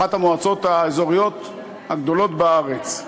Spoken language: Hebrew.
אחת המועצות האזוריות הגדולות בארץ.